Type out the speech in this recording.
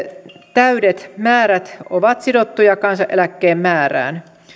täydet määrät ovat sidottuja kansaneläkkeen määrään